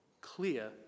clear